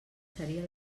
seria